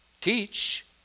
teach